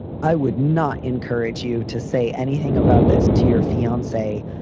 i would not encourage you to say anything about this to your fiance,